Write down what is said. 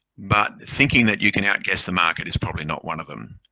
but thinking that you can outguess the market is probably not one of them.